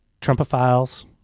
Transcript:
Trumpophiles